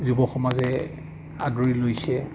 যুৱসমাজে আদৰি লৈছে